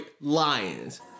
Lions